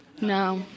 No